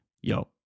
yo